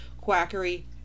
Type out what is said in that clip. quackery